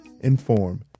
inform